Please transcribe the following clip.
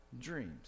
dreams